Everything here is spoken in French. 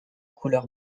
couleur